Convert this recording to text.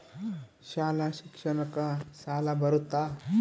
ಶಾಲಾ ಶಿಕ್ಷಣಕ್ಕ ಸಾಲ ಬರುತ್ತಾ?